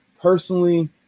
personally